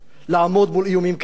לעמוד מול איומים כאלה.